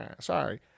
sorry